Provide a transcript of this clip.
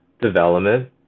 development